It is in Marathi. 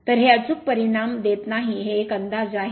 तर हे अचूक परिणाम देत नाही हे एक अंदाजे आहे